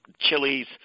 chilies